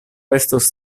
estos